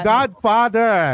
Godfather